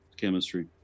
Chemistry